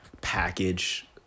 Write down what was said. package